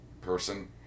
person